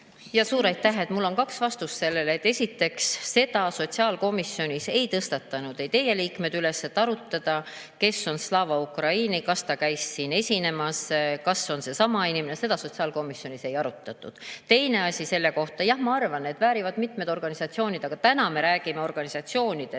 Suur aitäh! Mul on kaks vastust sellele. Esiteks, seda küsimust sotsiaalkomisjonis ei tõstatanud ei teie liikmed [ega teised], et arutada, kes on Slava Ukraini, kas ta käis siin esinemas või kas on seesama inimene. Seda sotsiaalkomisjonis ei arutatud. Teine asi. Jah, ma arvan, et väärivad mitmed organisatsioonid, aga täna me räägime organisatsioonidest,